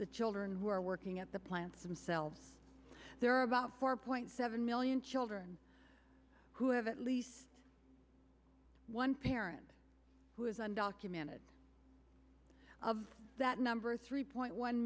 the children who are working at the plants themselves there are about four point seven million older and who have at least one parent who is undocumented of that number three point one